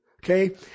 Okay